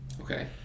Okay